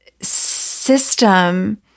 system